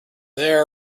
there